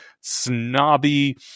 snobby